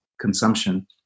consumption